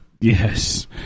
Yes